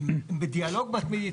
הן בדיאלוג מתמיד איתן.